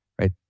right